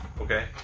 Okay